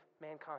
mankind